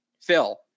Phil